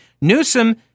Newsom